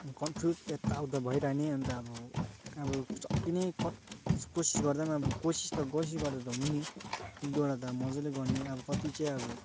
confuse यता उता भइरहने अन्त अब अब जति नै क कोसिस गर्दा पनि अब कोसिस त कोसिस गर्दा त हुने एक दुईवटा त मजाले गर्ने अब कति चाहिँ अब